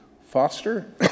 Foster